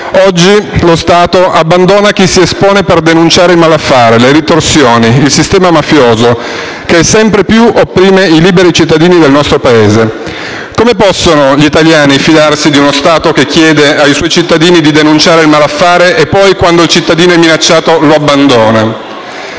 Oggi, lo Stato abbandona chi si espone per denunciare il malaffare, le ritorsioni, il sistema mafioso che sempre di più opprime i liberi cittadini del nostro Paese. Come possono gli italiani fidarsi di uno Stato che chiede ai suoi cittadini di denunciare il malaffare e poi, quando il cittadino è minacciato, lo abbandona?